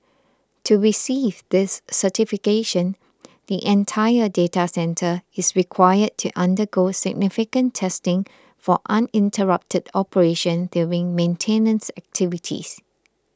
to receive this certification the entire data centre is required to undergo significant testing for uninterrupted operation during maintenance activities